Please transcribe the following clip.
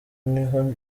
niho